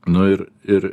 nu ir ir